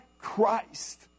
Christ